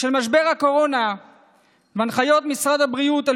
בשל משבר הקורונה והנחיות משרד הבריאות על